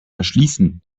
verschließen